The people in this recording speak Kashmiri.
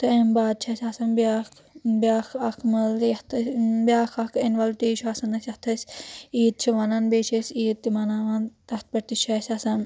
تہٕ امہِ بعد چھ اسہِ آسان بیاکھ بیاکھ اَکھ مٲلہٕ یَتھ أسی بیاکھ اکھ اؠنول ڈے چھ اسہِ آسان یتھ أسی عید چھِ ونان بییٚہ چھِ أسی عید تہِ مناوان تتھ پؠٹھ تہِ چھ اسہِ آسان